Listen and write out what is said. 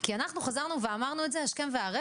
כי אנחנו חזרנו ואמרנו את זה השכם וערב